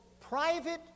private